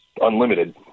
unlimited